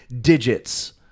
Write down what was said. Digits